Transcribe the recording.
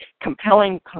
Compelling